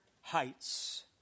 heights